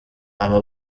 aba